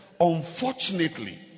unfortunately